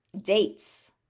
dates